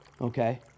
Okay